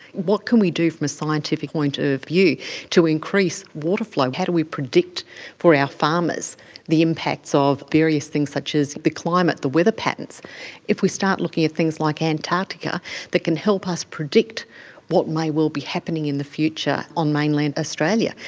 what can we do from a scientific point of view to increase water flow? how do we predict for our farmers the impacts of various things such as the climate, the weather patterns, if we start looking at things like antarctica that can help us predict what may well be happening in the future on mainland australia.